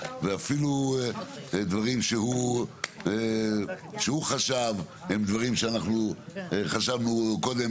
ואפילו דברים שהוא חשב הם דברים שאנחנו חשבנו קודם